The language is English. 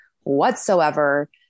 whatsoever